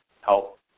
help